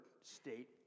state